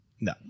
no